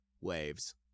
Waves